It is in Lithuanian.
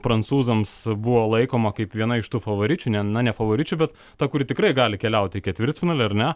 prancūzams buvo laikoma kaip viena iš tų favoričių ne na ne favoričių bet ta kuri tikrai gali keliauti į ketvirtfinalį ar ne